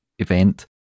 Event